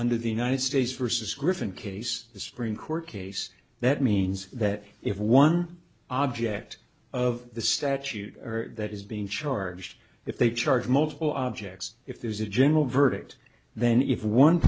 under the united states versus griffin case the supreme court case that means that if one object of the statute that is being charged if they charge multiple objects if there's a general verdict then if one